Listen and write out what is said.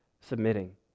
submitting